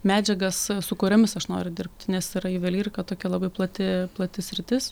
medžiagas su kuriomis aš noriu dirbti nes yra juvelyrika tokia labai plati plati sritis